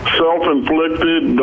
self-inflicted